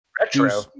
retro